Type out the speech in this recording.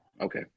Okay